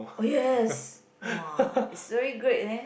oh yes wow is really great man